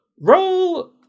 Roll